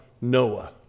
Noah